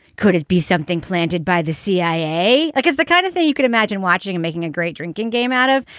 could it be something planted by the cia? like because the kind of thing you could imagine watching and making a great drinking game out of.